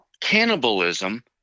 cannibalism